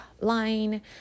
line